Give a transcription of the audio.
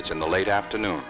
it's in the late afternoon